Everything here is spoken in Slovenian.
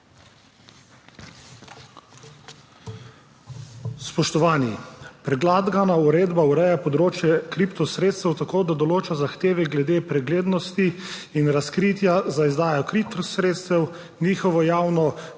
Spoštovani! Predlagana uredba ureja področje kriptosredstev tako, da določa zahteve glede preglednosti in razkritja za izdajo kriptosredstev, njihovo javno ponudbo in